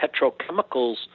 petrochemicals